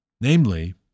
Namely